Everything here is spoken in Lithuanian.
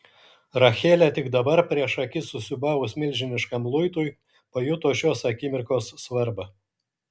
rachelė tik dabar prieš akis susiūbavus milžiniškam luitui pajuto šios akimirkos svarbą